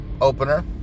opener